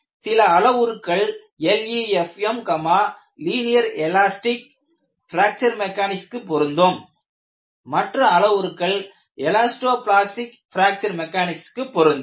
சில அளவுருக்கள் LEFM linear elastic fracture mechanics க்கு பொருந்தும் மற்ற அளவுருக்கள் எலாஸ்டோ பிளாஸ்டிக் பிராக்சர் மெக்கானிக்ஸ் க்கு பொருந்தும்